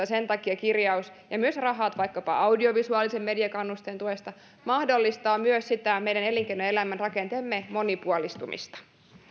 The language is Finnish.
sen takia kirjaus ja myös rahat vaikkapa audiovisuaalisen mediakannusteen tuesta mahdollistavat myös sitä meidän elinkeinoelämämme rakenteen monipuolistumista